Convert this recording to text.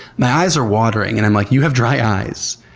my eyes are watering, and i'm like, you have dry eyes,